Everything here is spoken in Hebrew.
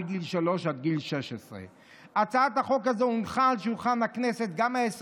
גיל שלוש עד גיל 16. הצעת חוק זהה הונחה גם על שולחן הכנסת